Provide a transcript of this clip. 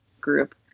group